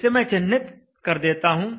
इसे मैं चिह्नित कर देता हूं